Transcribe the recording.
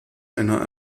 einer